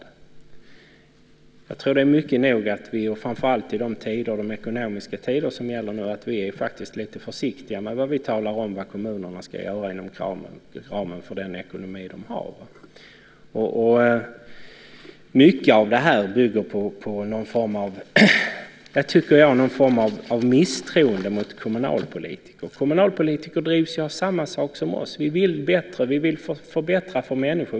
Jag tror att det är mycket nog, framför allt i de ekonomiska tider vi har nu, att vi faktiskt är lite försiktiga med vad vi talar om att kommunerna ska göra inom ramen för den ekonomi som de har. Mycket av detta bygger på någon form av misstroende mot kommunalpolitiker. De drivs ju av samma sak som vi. Vi vill bättre, och vi vill förbättra för människor.